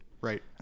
right